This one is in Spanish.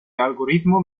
algoritmos